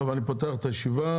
אני פותח את הישיבה.